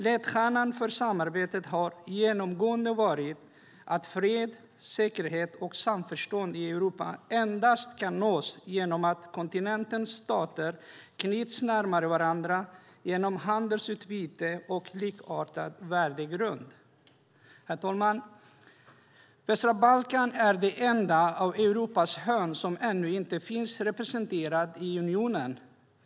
Ledstjärnan för samarbetet har genomgående varit att fred, säkerhet och samförstånd i Europa endast kan nås genom att kontinentens stater knyts närmare varandra genom handelsutbyte och en likartad värdegrund. Herr talman! Västra Balkan är det enda av Europas hörn som ännu inte finns representerat i unionen.